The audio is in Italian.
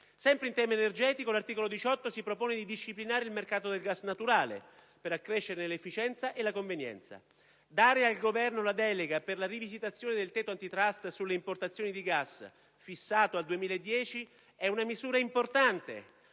Sempre in tema energetico l'articolo 18 si propone di disciplinare il mercato del gas naturale per accrescerne l'efficienza e la convenienza. Dare al Governo la delega per la rivisitazione del tetto *antitrust* sulle importazioni di gas, fissato al 2010, è una misura importante